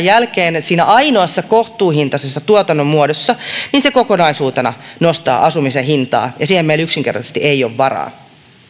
jälkeen siinä ainoassa kohtuuhintaisessa tuotannon muodossa niin se kokonaisuutena nostaa asumisen hintaa ja siihen meillä yksinkertaisesti ei ole varaa